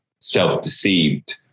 self-deceived